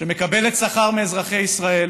שמקבלת שכר מאזרחי ישראל